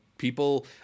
People